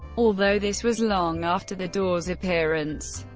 although this was long after the doors' appearance.